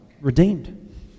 redeemed